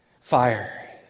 fire